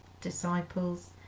disciples